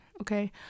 Okay